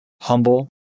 Humble